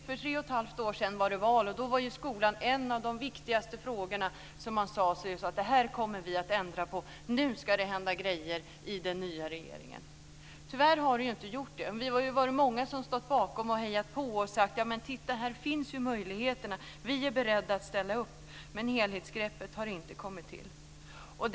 För tre och ett halvt år sedan var det val, och då var skolan en av de viktigaste frågorna: "Det här kommer vi att ändra på. Nu ska det hända grejer i den nya regeringen." Tyvärr har det inte gjort det. Vi har varit många som har stått bakom och hejat på och sagt att möjligheterna finns och att vi är beredda att ställa upp. Helhetsgreppet har inte funnits.